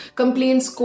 complaints